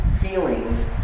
feelings